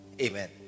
Amen